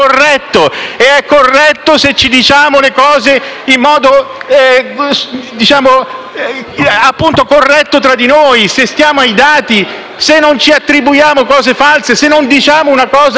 e lo è se ci diciamo le cose in modo corretto, se stiamo ai dati, se non ci attribuiamo cose false, se non diciamo una cosa